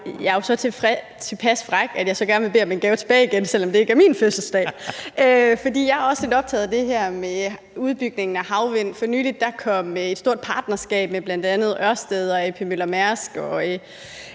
jeg er jo så tilpas fræk, at jeg så gerne vil bede om en gave tilbage igen, selv om det ikke er min fødselsdag, for jeg er også lidt optaget af det her med udbygningen af havvind. For nylig kom et stort partnerskab med bl.a. Ørsted, A.P. Møller - Mærsk,